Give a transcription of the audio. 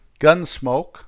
Gunsmoke